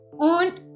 on